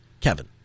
Kevin